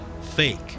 fake